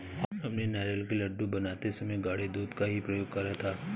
हमने नारियल के लड्डू बनाते समय गाढ़े दूध का ही प्रयोग करा था